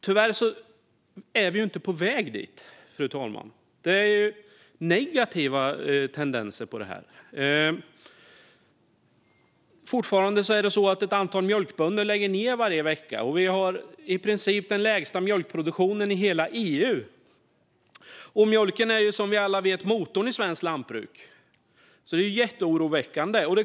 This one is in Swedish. Tyvärr är vi inte på väg dit, fru talman, utan det är negativa tendenser här. Det är fortfarande så att ett antal mjölkbönder lägger ned varje vecka, och vi har i princip den lägsta mjölkproduktionen i hela EU. Mjölken är som vi alla vet motorn i svenskt lantbruk, så det är jätteoroväckande.